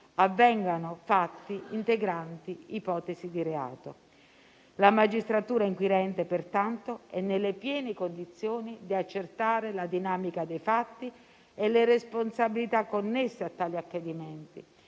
avvengano fatti integranti ipotesi di reato. La magistratura inquirente, pertanto, è nelle piene condizioni di accertare la dinamica dei fatti e le responsabilità connesse a tali accadimenti,